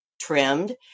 trimmed